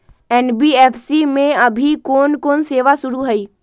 NBFC में अभी कोन कोन सेवा शुरु हई?